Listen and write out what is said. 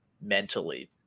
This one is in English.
mentally